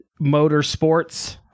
motorsports